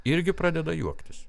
irgi pradeda juoktis